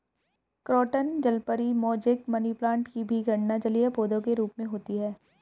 croton जलपरी, mosaic, money plant की भी गणना जलीय पौधे के रूप में होती है